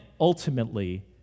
ultimately